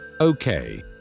Okay